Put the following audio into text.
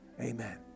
amen